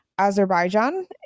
Azerbaijan